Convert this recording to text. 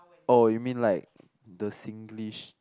oh you mean like the Singlish